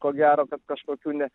ko gero kad kažkokių ne